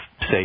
say